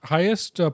Highest